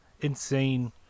insane